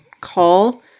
call